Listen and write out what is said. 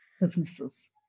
businesses